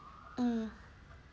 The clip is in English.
mm